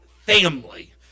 family